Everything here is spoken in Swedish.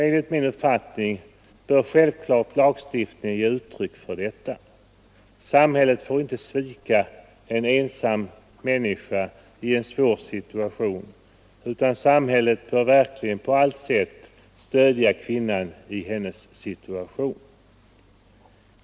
Enligt min uppfattning bör självklart lagstiftningen ge uttryck för detta. Samhället får inte svika en ensam människa i en svår situation, utan samhället bör verkligen på allt sätt stödja kvinnan i hennes situation.